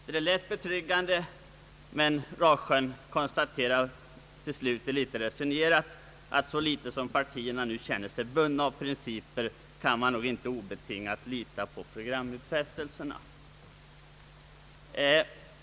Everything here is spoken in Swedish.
Det lät betryggande, men Rasjön konstaterar till slut att så litet som partierna nu känner sig bundna, kan man inte obetingat lita på programutfästelserna.